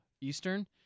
Eastern